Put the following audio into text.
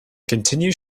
continues